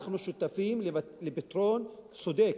אנחנו שותפים לפתרון צודק,